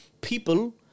People